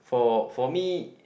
for for me